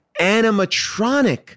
animatronic